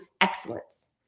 excellence